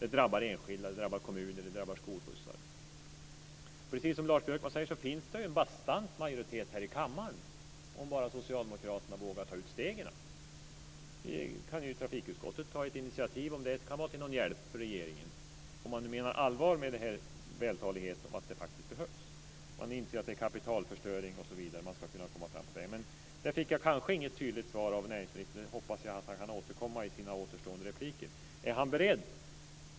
Det drabbar enskilda, det drabbar kommuner, och det drabbar skolskjutsar. Precis som Lars Björkman sade finns det en bastant majoritet här i kammaren, om bara socialdemokraterna vågar ta ut stegen. Fast på den senare punkten fick jag inget tydligt svar av näringsministern. Jag hoppas att han kan återkomma till den frågan i sina återstående repliker.